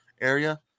area